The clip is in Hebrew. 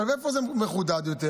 עכשיו, איפה זה מחודד יותר?